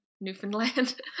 newfoundland